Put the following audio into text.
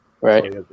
Right